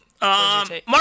Mark